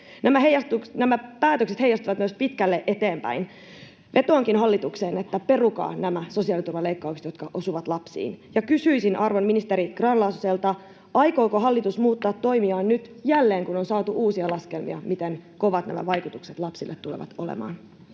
Nämä päätökset heijastuvat myös pitkälle eteenpäin. Vetoankin hallitukseen, että perukaa nämä sosiaaliturvaleikkaukset, jotka osuvat lapsiin. Ja kysyisin arvon ministeri Grahn-Laasoselta: aikooko hallitus muuttaa toimiaan nyt jälleen, kun on saatu uusia laskelmia, miten kovat nämä vaikutukset lapsille tulevat olemaan?